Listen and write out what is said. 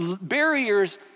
Barriers